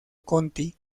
conti